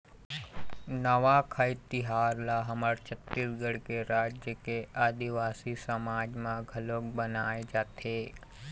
नवाखाई तिहार ल हमर छत्तीसगढ़ राज के आदिवासी समाज म घलोक मनाए जाथे